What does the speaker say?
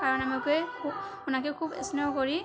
কারণ আমি ওকে খুব ওনাকে খুব স্নেহ করি